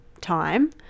time